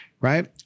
right